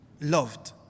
loved